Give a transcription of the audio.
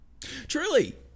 Truly